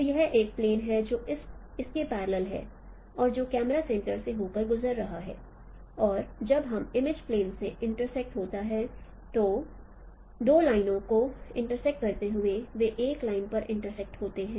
तो यह एक प्लेन है जो इसके पैरलेल है और जो कैमरा सेंटर से होकर गुजर रहा है और जब यह इमेज प्लेन से इंटरसेक्ट होता है तब दो लाइन को इंटरसेक्ट करते हुए वे एक लाइन पर इंटरसेक्ट होते हैं